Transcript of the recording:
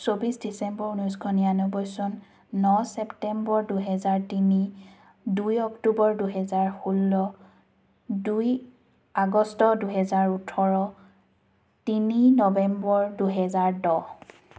চৌবিছ ডিচেম্বৰ ঊনৈছশ নিৰানব্বৈ চন ন ছেপ্টেম্বৰ দুহেজাৰ তিনি দুই অক্টোবৰ দুহেজাৰ যোল্ল দুই আগষ্ট দুহেজাৰ ওঠৰ তিনি নৱেম্বৰ দুহেজাৰ দহ